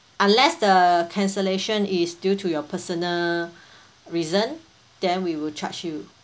unless the cancellation is due to your personal reason then we will charge you